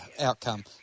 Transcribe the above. outcome